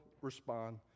respond